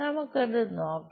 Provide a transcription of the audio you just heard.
നമുക്ക് അത് നോക്കാം